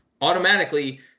automatically